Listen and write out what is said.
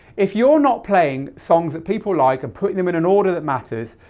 if you're not playing songs that people like and putting them in an order that matters,